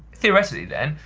theoretically then,